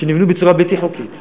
שנבנו בצורה בלתי חוקית